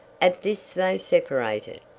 at this they separated.